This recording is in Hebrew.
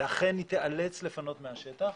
ואכן היא תאלץ לפנות מהשטח,